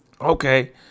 Okay